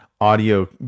audio